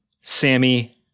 Sammy